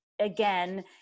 again